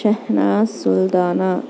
Shahnaz Sultana